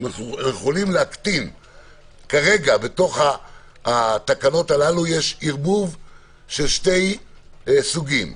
אנו יכולים להקטין - כרגע בתוך התקנות האלה יש ערבוב של שני סוגים: